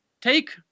take –